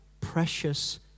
precious